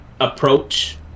approach